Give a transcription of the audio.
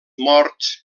morts